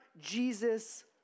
Jesus